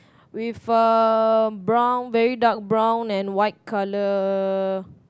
with a brown very dark brown and white colour